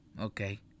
okay